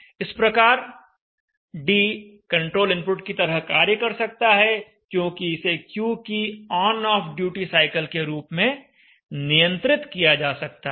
इस प्रकार d control input की तरह कार्य कर सकता है क्योंकि इसे Q की ऑन ऑफ ड्यूटी साइकिल के रूप में नियंत्रित किया जा सकता है